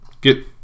get